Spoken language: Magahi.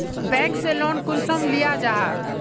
बैंक से लोन कुंसम लिया जाहा?